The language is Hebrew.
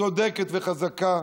צודקת וחזקה,